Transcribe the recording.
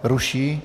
Ruší.